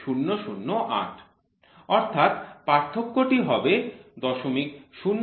অর্থাৎ পার্থক্যটি হবে ০০০৬ ঠিক আছে